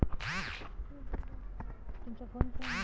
मले mobile recharge कराचा हाय, होईनं का?